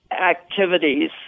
activities